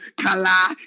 kala